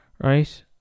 Right